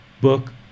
book